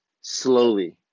Slowly